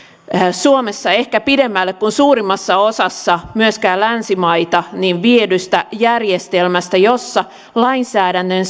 suomessa ehkä pidemmälle kuin suurimmassa osassa myöskään länsimaita viedystä järjestelmästä jossa lainsäädännön